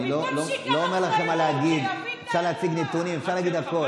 אפשר להגיד הכול.